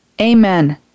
Amen